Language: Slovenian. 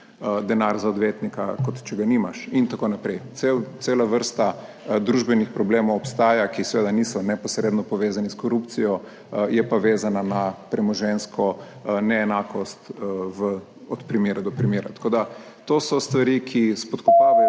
denar za odvetnika, kot če ga nimaš itn. Cela vrsta družbenih problemov obstaja, ki seveda niso neposredno povezani s korupcijo, je pa vezana na premoženjsko neenakost v od primera do primera. Tako da, to so stvari, ki spodkopavajo